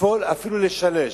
להכפיל ואפילו לשלש,